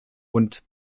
und